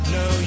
no